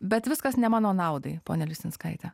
bet viskas ne mano naudai ponia lisinskaite